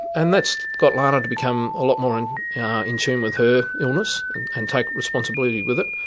and that's got lana to become a lot more in in tune with her illness and take responsibility with it.